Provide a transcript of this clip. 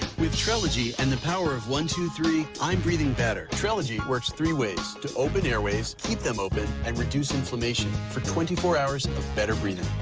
with trelegy and the power of one two three, i'm breathing better. trelegy works three ways to. open airways. keep them open. and reduce inflammation. for twenty four hours of better breathing.